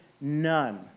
none